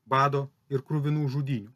bado ir kruvinų žudynių